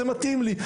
זה מתאים לי.